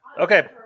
Okay